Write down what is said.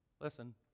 Listen